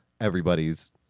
everybody's